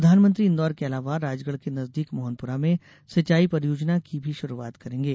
प्रधानमंत्री इन्दौर के अलावा राजगढ़ के नजदीक मोहनपुरा में सिचाई परियोजना की भी शुरूआत करेंगे